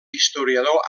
historiador